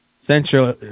Central